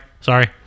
Sorry